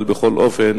אבל בכל אופן